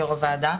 יושב-ראש הוועדה,